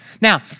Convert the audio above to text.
Now